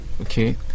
Okay